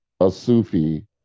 Asufi